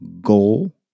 goal